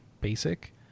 basic